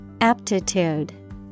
Aptitude